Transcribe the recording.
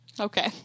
Okay